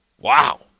Wow